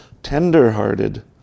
tender-hearted